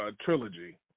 trilogy